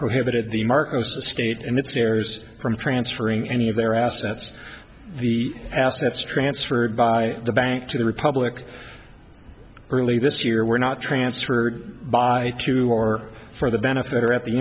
prohibited the markets the state and its heirs from transferring any of their assets the assets transferred by the bank to the republic early this year were not transferred by to or for the benefit or at the